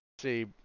see